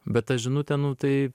bet ta žinutė nu tai